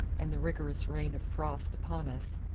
and the rigorous reign of frost upon us,